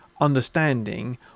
understanding